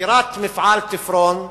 סגירת מפעל "תפרון"